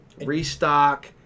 restock